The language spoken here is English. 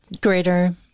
Greater